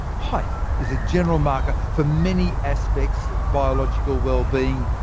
height is a general marker for many aspects of biological wellbeing,